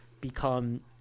become